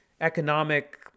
economic